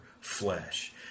flesh